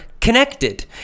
connected